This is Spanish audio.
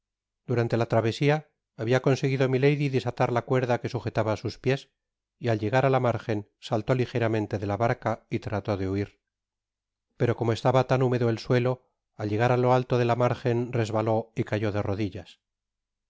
durante la travesia habia conseguido milady desatar la cuerda que sujetaba sus piés y al tlegar á la margen sattó ligeramente de la barca y trató de huir pero como estaba tan húmedo el suelo al llegar á lo alto de la márgen resbaló y cayó de rodillas